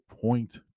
point